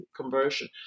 conversion